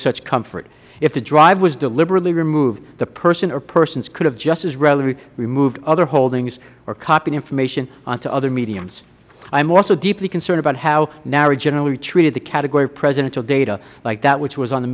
such comfort if the drive was deliberately removed the person or persons could have just as readily removed other holdings or copied information onto other mediums i am also deeply concerned about how nara generally treated the category of presidential data like that which was on the